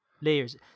Layers